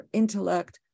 intellect